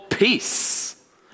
peace